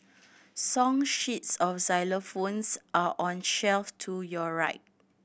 song sheets of xylophones are on shelf to your right